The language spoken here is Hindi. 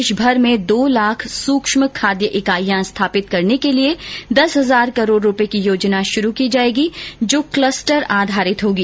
देशभर में दो लाख सूक्ष्म खाद्य इकाइयां स्थापित करने के लिए दस हजार करोड़ रूपए की योजना शुरू की जाएगी जो क्लस्टर आधारित होगी